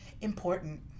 Important